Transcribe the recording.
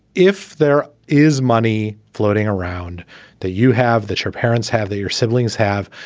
if there is money floating around that you have, that your parents have, that your siblings have,